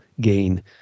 gain